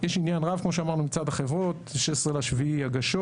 יש עניין רב כמו שאמרנו מצד החברות, ב-16.7 הגשות,